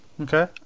Okay